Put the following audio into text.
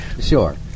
Sure